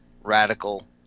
radical –